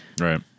Right